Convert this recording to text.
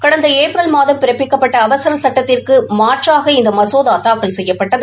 கடந்த ஏப்ரல் மாதம் பிறப்பிக்கப்பட்ட அவசர சட்டத்திற்கு மாற்றாக இந்த மசோதா தாக்கல் செய்யப்பட்டது